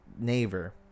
neighbor